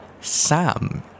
Sam